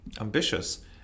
ambitious